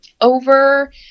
over